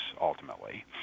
ultimately